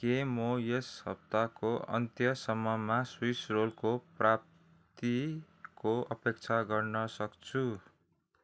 के म यस हप्ताको अन्त्यसम्ममा स्विस रोलको प्राप्तिको अपेक्षा गर्न सक्छु